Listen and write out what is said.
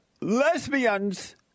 lesbians